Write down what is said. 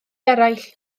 eraill